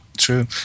true